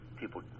people